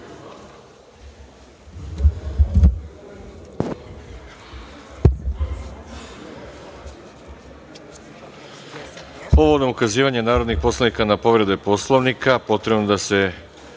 Povodom ukazivanja narodnih poslanika na povrede Poslovnika, potrebno je da se